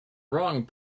wrong